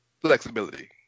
Flexibility